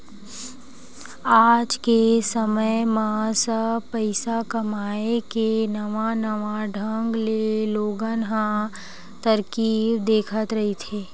आज के समे म सब पइसा कमाए के नवा नवा ढंग ले लोगन ह तरकीब देखत रहिथे